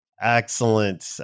Excellent